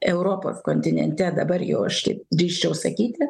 europoj kontinente dabar jau aš taip drįsčiau sakyti